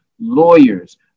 lawyers